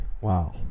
wow